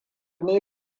ne